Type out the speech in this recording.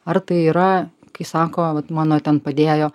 ar tai yra kai sako vat mano ten padėjo